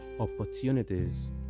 Opportunities